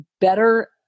better